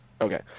okay